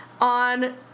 on